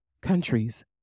countries